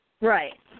Right